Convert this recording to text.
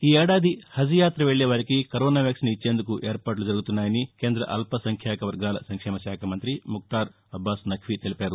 ఈ ఏడాది హజ్యాత్ర వెళ్ళే వారికి కరోనా వ్యాక్సిన్ ఇచ్చేందుకు ఏర్పాట్లు జరుగుతున్నాయని కేంద్ర అల్ప సంఖ్యాక వర్గాల సంక్షేమశాఖ మంతి ముక్తార్ అబ్బాస్ నక్వి తెలిపారు